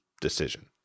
decision